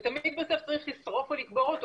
תמיד בסוף צריך לשרוף או לקבור אותו,